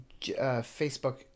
Facebook